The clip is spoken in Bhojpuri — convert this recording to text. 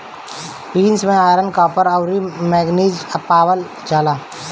बीन्स में आयरन, कॉपर, अउरी मैगनीज पावल जाला